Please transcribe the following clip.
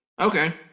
okay